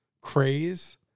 craze